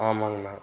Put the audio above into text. ஆமாங்கண்ணா